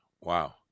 Wow